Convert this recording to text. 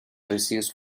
receives